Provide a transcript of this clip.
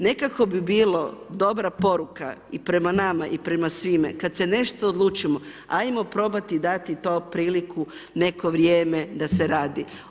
Nekako bi bila dobra poruka i prema nama i prema svime, kada se nešto odlučiti, ajmo probati dati to priliku, neko vrijeme da se radi.